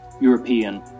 European